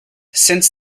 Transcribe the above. since